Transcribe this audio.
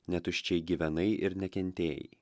netuščiai gyvenai ir nekentėjai